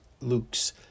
Luke's